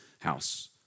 house